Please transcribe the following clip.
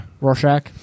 Rorschach